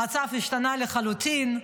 המצב השתנה לחלוטין.